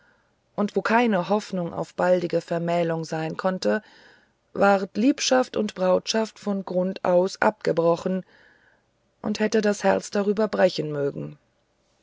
und wo keine hoffnung zur baldigen vermählung sein konnte ward liebschaft und brautschaft von grund aus abgebrochen und hätte das herz darüber brechen mögen